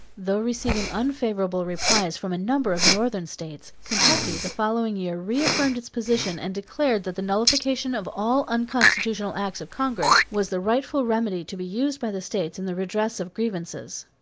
though receiving unfavorable replies from a number of northern states, kentucky the following year reaffirmed its position and declared that the nullification of all unconstitutional acts of congress was the rightful remedy to be used by the states in the redress of grievances.